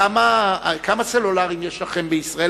כמה סלולריים יש לכם בישראל?